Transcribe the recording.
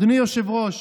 אדוני היושב-ראש,